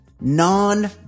non